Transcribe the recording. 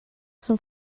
some